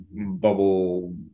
bubble